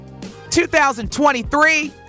2023